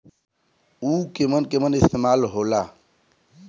उव केमन केमन इस्तेमाल हो ला?